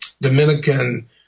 Dominican